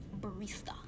barista